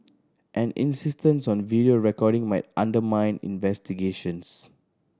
an insistence on video recording might undermine investigations